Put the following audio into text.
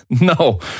no